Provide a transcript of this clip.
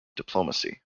diplomacy